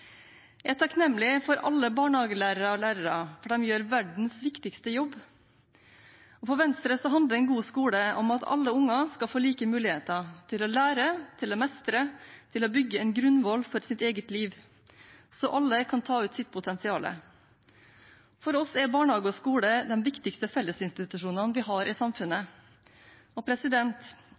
Jeg er takknemlig overfor alle barnehagelærere og lærere, for de gjør verdens viktigste jobb. For Venstre handler en god skole om at alle barn skal få like muligheter til å lære, til å mestre og til å bygge en grunnvoll for sitt eget liv, så alle kan ta ut sitt potensial. For oss er barnehage og skole de viktigste fellesinstitusjonene vi har i samfunnet. Da Venstre og